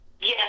Yes